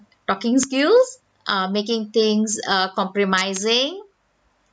talking skills uh making things uh compromising